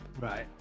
Right